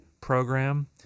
program